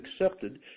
accepted